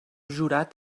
jurat